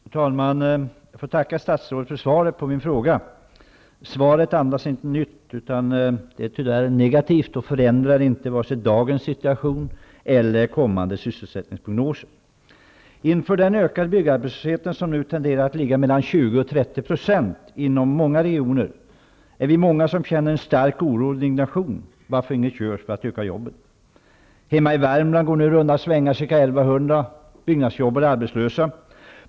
Fru talman! Jag får tacka statsrådet för svaret på min fråga. Svaret andas inte något nytt. Det är tyvärr negativt och förändrar inte vare sig dagens situation eller kommande sysselsättningsprognoser. Inför den ökade byggarbetslösheten, som nu tenderar att ligga mellan 20 och 30 % inom många regioner, är vi många som känner en stark oro och indignation över varför inget görs för öka antalet jobb. byggnadsarbetare arbetslösa.